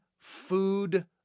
food